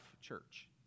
Church